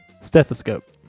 stethoscope